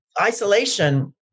isolation